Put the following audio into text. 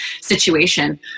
situation